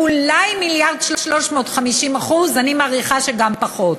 אולי 1.3 מיליארד, 50%, אני מעריכה שגם פחות.